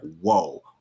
whoa